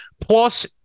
Plus